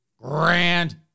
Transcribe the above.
grand